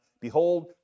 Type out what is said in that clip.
Behold